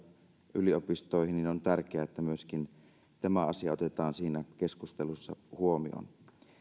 yliopistoihin niin on tärkeää että myöskin tämä asia otetaan siinä keskustelussa huomioon